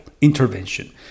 intervention